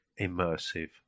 immersive